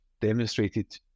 demonstrated